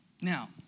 Now